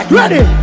Ready